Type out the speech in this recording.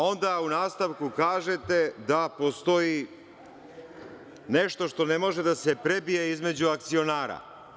Onda u nastavku kažete da postoji nešto što ne može da se prebije između akcionara.